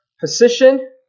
position